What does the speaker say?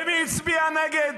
ומי הצביע נגד?